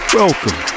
welcome